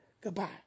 Goodbye